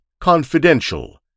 confidential